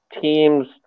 teams